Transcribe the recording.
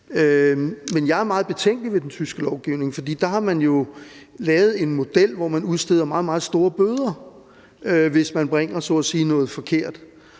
Men jeg er meget betænkelig ved den tyske lovgivning, for dér har man jo lavet en model, hvor man udsteder meget, meget store bøder, hvis man så at sige bringer noget forkert.